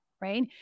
right